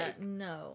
no